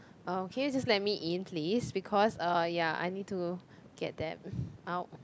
uh can you just let me in please because uh ya I need to get that out